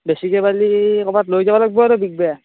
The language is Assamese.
বেছিকৈ পালে ক'ৰবাত লৈ যাব লাগিব বিকিব